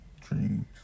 dreams